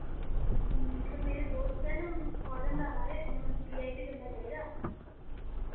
मतलब मेरे दोस्त गै न फारन दा आवा ते उ'ने मतलब बीआईपी कमरा चाहिदा